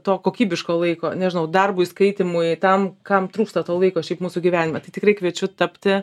to kokybiško laiko nežinau darbui skaitymui tam kam trūksta to laiko šiaip mūsų gyvenime tai tikrai kviečiu tapti